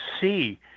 see